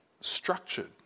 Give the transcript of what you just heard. structured